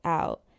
out